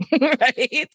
right